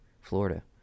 Florida